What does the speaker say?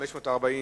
540,